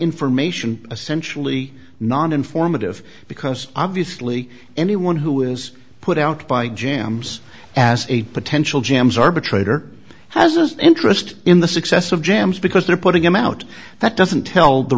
information essential ie non informative because obviously anyone who is put out by jams as a potential gems arbitrator has an interest in the success of jams because they're putting him out that doesn't tell the